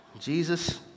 Jesus